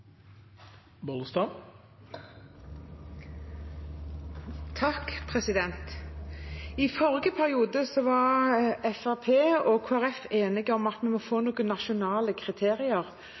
I forrige periode var Fremskrittspartiet og Kristelig Folkeparti enige om at vi må få noen nasjonale kriterier